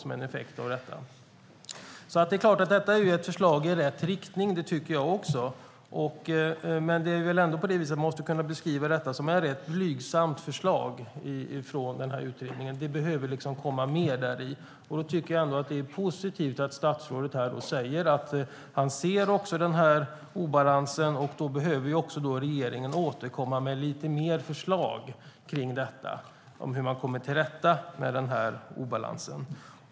Jag tycker också att detta är ett förslag i rätt riktning, men vi måste kunna beskriva detta som ett rätt blygsamt förslag från utredningen. Det behövs mer. Det är ändå positivt att statsrådet säger att han ser obalansen, och regeringen ska återkomma med lite fler förslag om hur man kan komma till rätta med obalansen.